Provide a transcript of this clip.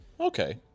Okay